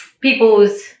People's